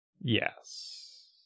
Yes